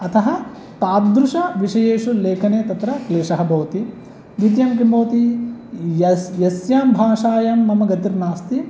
अतः तादृशविषयेषु लेखने तत्र क्लेशः भवति द्वितीयं किं भवति य यस्यां भाषायां मम गतिर्नास्ति